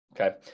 Okay